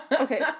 okay